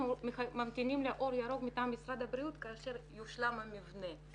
אנחנו ממתינים לאור ירוק מטעם משרד הבריאות כאשר יושלם המבנה.